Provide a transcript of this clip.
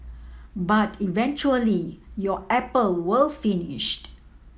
but eventually your apple will finished